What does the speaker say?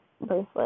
bracelet